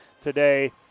today